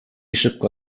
szybko